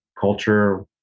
culture